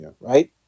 right